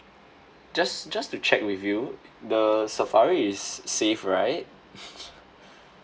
just just to check with you the safari is safe right